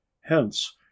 hence